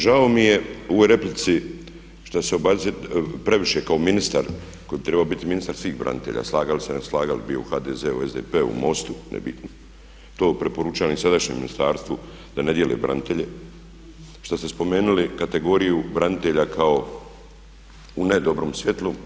Žao mi je u ovoj replici što se previše kao ministar koji bi trebao biti ministar svih branitelja, slagali se, ne slagali, bio u HDZ-u, u SDP-u, MOST-u, nebitno, to preporučam i sadašnjem ministarstvu da ne dijele branitelje šta ste spomenuli kategoriju branitelja kao u ne dobrom svjetlu.